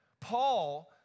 Paul